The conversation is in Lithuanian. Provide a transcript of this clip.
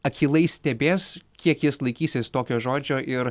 akylai stebės kiek jis laikysis tokio žodžio ir